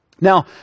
Now